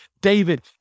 David